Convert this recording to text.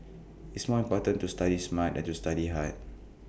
it's more important to study smart than to study hard